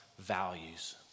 Values